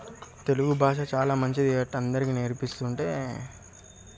తెలుగు భాష చాలా మంచిది కాబట్టి అందరికి నేర్పిస్తుంటే